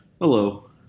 Hello